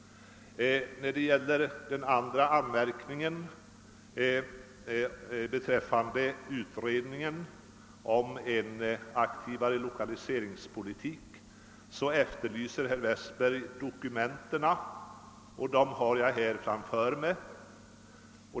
När det gäller den andra anmärkningen, beträffande utredningen om en aktivare lokaliseringspolitik, efterlyser herr Westberg dokumenten, och dem har jag här framför mig.